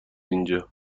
اینجا